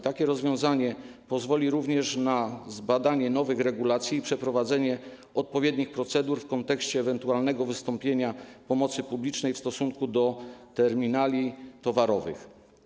Takie rozwiązanie pozwoli również na zbadanie nowych regulacji i przeprowadzenie odpowiednich procedur w kontekście ewentualnego wystąpienia pomocy publicznej w stosunku do terminali towarowych.